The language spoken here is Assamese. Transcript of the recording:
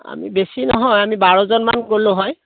আমি বেছি নহয় আমি বাৰজনমান গ'লোঁ হয়